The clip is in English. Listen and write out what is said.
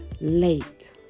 late